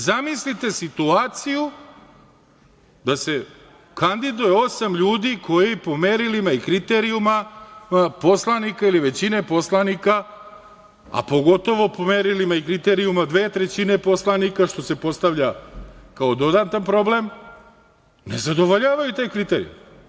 Zamislite situaciju da se kandiduje osam ljudi koji po merilima ili kriterijumima poslanika ili većine poslanika, a pogotovu po merilima i kriterijumima dve trećine poslanika, što se postavlja kao dodatni problem, ne zadovoljavaju te kriterijume.